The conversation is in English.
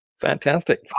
Fantastic